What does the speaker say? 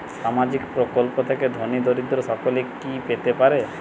সামাজিক প্রকল্প থেকে ধনী দরিদ্র সকলে কি পেতে পারে?